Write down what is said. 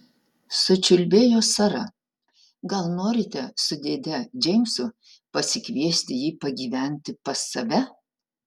sučiulbėjo sara gal norite su dėde džeimsu pasikviesti jį pagyventi pas save